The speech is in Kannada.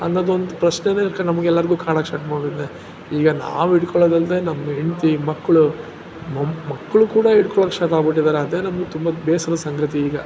ಅನ್ನೋದೊಂದು ಪ್ರಶ್ನೆನೇ ನಮ್ಗೆಲ್ಲಾರಿಗೂ ಕಾಡೋಕ್ ಸ್ಟಾರ್ಟ್ ಮಾಡಿಬಿಟ್ಟಿದೆ ಈಗ ನಾವು ಹಿಡ್ಕೊಳೋದಲ್ಲದೇ ನಮ್ಮ ಹೆಂಡ್ತಿ ಮಕ್ಕಳು ನಮ್ಮ ಮಕ್ಕಳು ಕೂಡ ಹಿಡ್ಕೊಳ್ಳೊಕ್ ಸ್ಟಾರ್ಟ್ ಮಾಡ್ಬಿಟ್ಟಿದ್ದಾರೆ ಅದೇ ನಮ್ಗೆ ತುಂಬ ಬೇಸರದ ಸಂಗತಿ ಈಗ